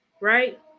Right